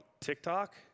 TikTok